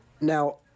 Now